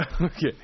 Okay